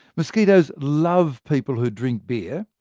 mosquitoes love people who drink beer,